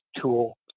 tool